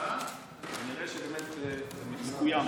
כנראה שזה מקוים בפועל.